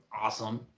awesome